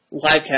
livecast